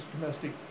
domestic